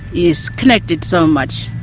is connected so much